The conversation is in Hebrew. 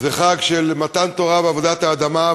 חג של מתן תורה ועבודת האדמה,